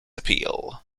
appeal